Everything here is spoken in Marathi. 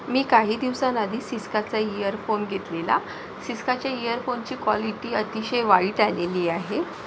मी काही दिवसांआधी सिस्काचा इअरफोन घेतलेला सिस्काच्या इअरफोनची क्वालिटी अतिशय वाईट आलेली आहे